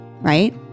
right